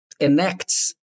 enacts